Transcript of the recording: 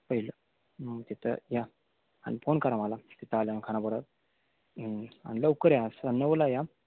पहिलं तिथं या आणि फोन करा मला तिथं आल्यावर खानापुरात आणि लवकर या असं नऊला या